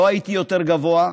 לא הייתי יותר גבוה.